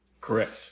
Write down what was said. Correct